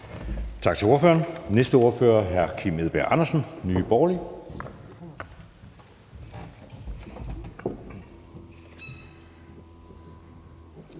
Tak til ordføreren. Den næste ordfører er hr. Kim Edberg Andersen, Nye Borgerlige.